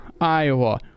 Iowa